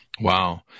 Wow